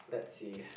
let's see